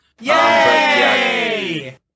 Yay